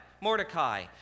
Mordecai